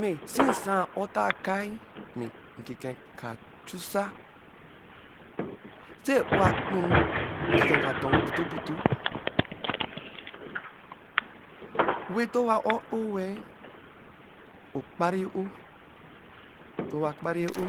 Mɛ si nsa a-ɔ ntaa akai, mẹ nkikɛɛ ka chusa. Sɛ e-o akpuru, nkikɛɛ katon eputu eputu. wɛ ntɔn owa ɔ-eo wɛɛ okpab e-o, tɔ owa akpan e-o